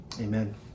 amen